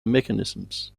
mechanisms